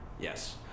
Yes